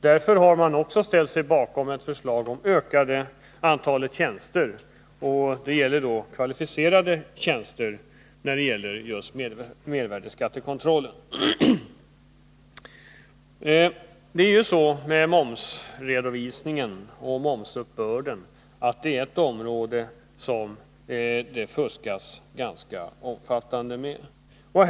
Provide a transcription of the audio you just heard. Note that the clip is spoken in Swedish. Därför har man också ställt sig bakom ett förslag om ett ökat antal tjänster, och det gäller kvalificerade tjänster just för mervärdeskattekontrollen. Momsredovisningen och momsuppbörden är ett område där det förekommer ett ganska omfattande fusk.